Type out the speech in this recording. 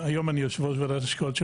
היום אני יושב ראש ועדת ההשקעות של